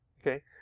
okay